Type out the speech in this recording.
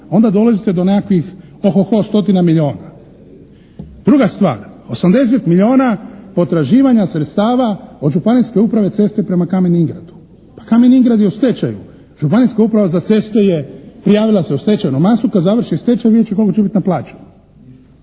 onda dolazite do nekakvih oho-ho stotina milijuna. Druga stvar. 80 milijuna potraživanja sredstava od Županijske uprave za ceste prema Kamen Ingradu. Pa Kamen Ingrad je u stečaju. Županijska uprava za ceste je prijavila se u stečajnu masu, kad završi stečaj vidjet će koliko će biti naplaćeno.